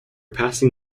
passing